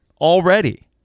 already